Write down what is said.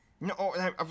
no